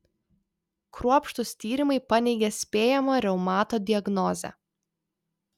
kruopštūs tyrimai paneigė spėjamą reumato diagnozę